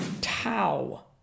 Tau